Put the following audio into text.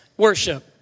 worship